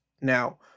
Now